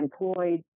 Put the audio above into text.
Employed